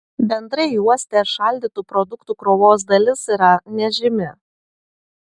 bendrai uoste šaldytų produktų krovos dalis yra nežymi